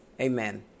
Amen